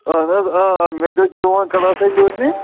اَہن حظ آ مےٚ دیُت چون کَلاس ہَے دیُت مےٚ